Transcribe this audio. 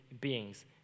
beings